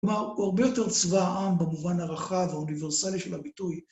כלומר הוא הרבה יותר צבא העם במובן הרחב האוניברסלי של הביטוי.